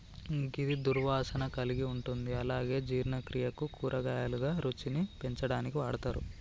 గిది దుర్వాసన కలిగి ఉంటుంది అలాగే జీర్ణక్రియకు, కూరగాయలుగా, రుచిని పెంచడానికి వాడతరు